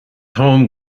home